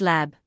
Lab